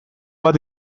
bat